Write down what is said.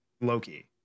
loki